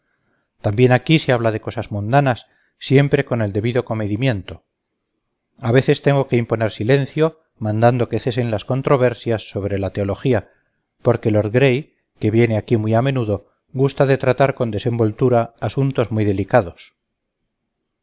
también aquí se habla de cosas mundanas siempre con el debido comedimiento a veces tengo que imponer silencio mandando que cesen las controversias sobre teología porque lord gray que viene aquí muy a menudo gusta de tratar con desenvoltura asuntos muy delicados